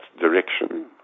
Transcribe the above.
direction